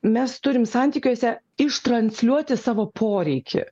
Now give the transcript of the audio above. mes turim santykiuose iš transliuoti savo poreikį